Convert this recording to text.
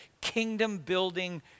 kingdom-building